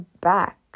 back